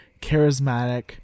charismatic